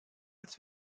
als